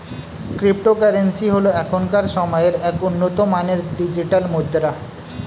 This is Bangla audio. ক্রিপ্টোকারেন্সি হল এখনকার সময়ের এক উন্নত মানের ডিজিটাল মুদ্রা